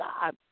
God